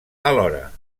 alhora